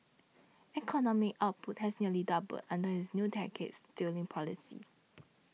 economic output has nearly doubled under his two decades steering policy